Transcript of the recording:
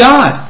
God